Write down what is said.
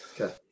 Okay